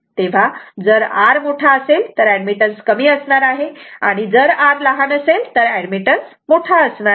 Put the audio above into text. तेव्हा जर R मोठा असेल तर ऍडमिटन्स कमी असणार आहे आणि जर R लहान असेल तर ऍडमिटन्स मोठा असणार आहे